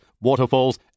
waterfalls